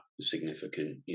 significant